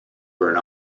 for